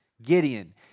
Gideon